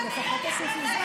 אז לפחות תוסיף לי זמן.